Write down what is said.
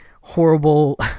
horrible